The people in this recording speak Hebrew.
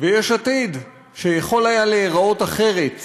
ויש עתיד שיכול היה להיראות אחרת